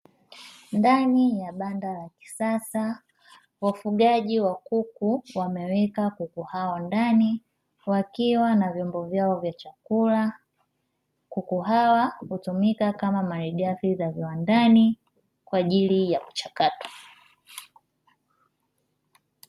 Ndani ya banda la kisasa, wafugaji wa kuku wameweka kuku hawa ndani, wakiwa na vyombo vyao vya chakula. Kuku hawa hutumika kama malighafi za viwandani kwa ajili ya kuchakatwa.